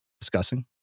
discussing